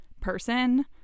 person